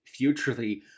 futurely